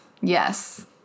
Yes